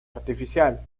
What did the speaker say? artificial